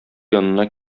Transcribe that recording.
янына